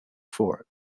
four